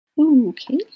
Okay